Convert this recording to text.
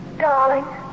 Darling